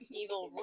evil